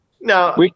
Now